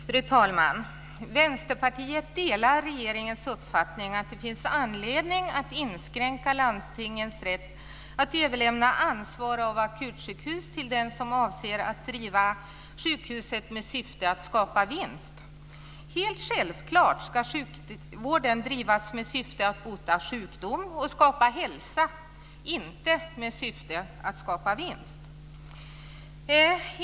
Fru talman! Vänsterpartiet delar regeringens uppfattning om att det finns anledning att inskränka landstingens rätt att överlämna ansvar för akutsjukhus till den som avser att driva sjukhuset med syfte att skapa vinst. Självfallet ska sjukvården drivas med syfte att bota sjukdom och skapa hälsa - inte med syfte att skapa vinst.